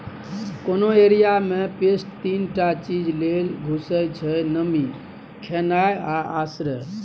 कोनो एरिया मे पेस्ट तीन टा चीज लेल घुसय छै नमी, खेनाइ आ आश्रय